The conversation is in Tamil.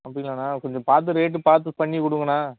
அப்படிங்களாண்ணா கொஞ்சம் பார்த்து ரேட்டு பார்த்து பண்ணி கொடுங்கண்ணா